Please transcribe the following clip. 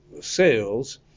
sales